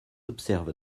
observe